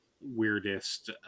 weirdest